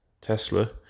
Tesla